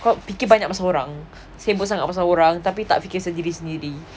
cause fikir banyak pasal orang sibuk sangat pasal orang tapi tak fikir sendiri sendiri